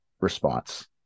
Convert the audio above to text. response